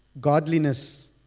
godliness